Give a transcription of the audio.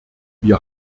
wir